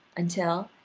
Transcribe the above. until,